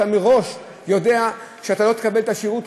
אתה מראש יודע שאתה לא תקבל את השירות,